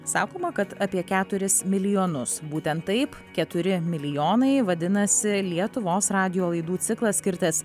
sakoma kad apie keturis milijonus būtent taip keturi milijonai vadinasi lietuvos radijo laidų ciklas skirtas